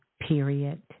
period